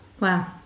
Wow